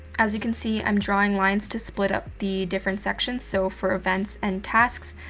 as you can see i'm drawing lines to split up the different sections, so for events and tasks.